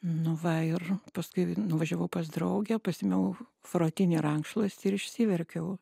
nu va ir paskui nuvažiavau pas draugę pasiėmiau frotinį rankšluostį ir išsiverkiau